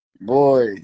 boy